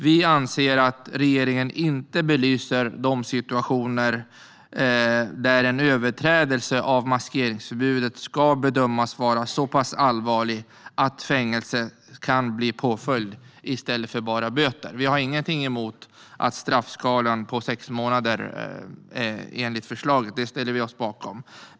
Vi anser att regeringen inte belyser de situationer där en överträdelse av maskeringsförbudet ska bedömas vara så pass allvarlig att fängelse kan bli påföljd i stället för bara böter. Vi har ingenting emot straffskalan på sex månader enligt förslaget. Det ställer vi oss bakom.